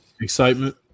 Excitement